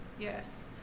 Yes